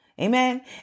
amen